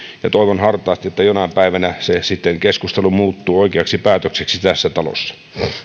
ja toivon hartaasti että jonain päivänä se keskustelu sitten muuttuu oikeaksi päätökseksi tässä talossa